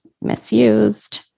misused